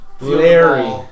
Larry